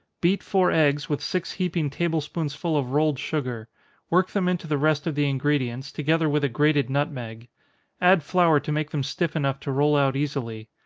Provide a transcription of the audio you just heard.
beat four eggs, with six heaping table-spoonsful of rolled sugar work them into the rest of the ingredients, together with a grated nutmeg add flour to make them stiff enough to roll out easily.